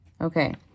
Okay